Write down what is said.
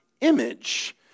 image